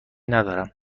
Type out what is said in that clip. ندارم